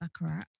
baccarat